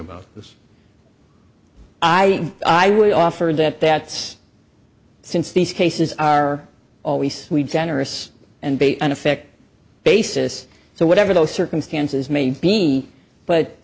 about this i i would offer that that's since these cases are always sweet generous and bait and affect basis so whatever those circumstances may be but